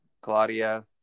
Claudia